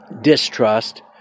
distrust